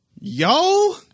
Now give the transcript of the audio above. Yo